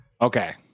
Okay